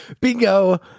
bingo